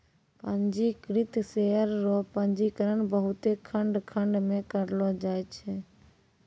पंजीकृत शेयर रो पंजीकरण बहुते खंड खंड मे करलो जाय छै